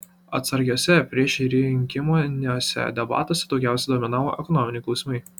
atsargiuose priešrinkiminiuose debatuose daugiausia dominavo ekonominiai klausimai